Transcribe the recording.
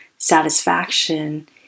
Satisfaction